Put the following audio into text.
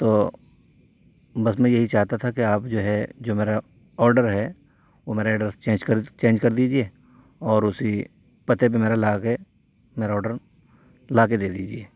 تو بس میں یہی چاہتا تھا کہ آپ جو ہے جو میرا آڈر ہے وہ میرا ایڈریس چینج کر دیجیے اور اسی پتے پہ میرا لا کے میرا آڈر لا کے دے دیجیے